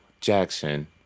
Jackson